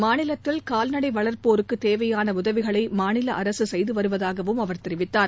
மாநிலத்தில் கால்நடை வளர்ப்போருக்கு தேவையான உதவிகளை மாநில அரசு செய்கு வருவதாகவும் அவர் தெரிவித்தார்